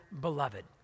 beloved